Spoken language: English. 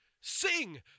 Sing